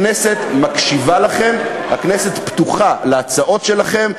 הכנסת מקשיבה לכם, הכנסת פתוחה להצעות שלכם.